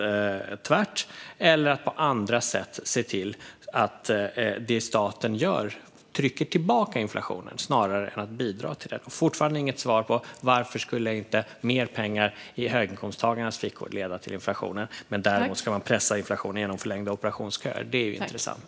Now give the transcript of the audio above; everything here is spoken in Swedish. Det handlar också om att på andra sätt se till att det staten gör trycker tillbaka inflationen snarare än bidrar till den. Jag har fortfarande inte fått något svar på frågan: Varför skulle inte mer pengar i höginkomsttagarnas fickor leda till inflation? Man ska däremot pressa inflationen genom förlängda operationsköer. Det är intressant.